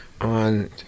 on